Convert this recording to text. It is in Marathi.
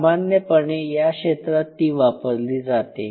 सामान्यपणे या क्षेत्रात ती वापरली जाते